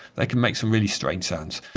they can make some really strange sounds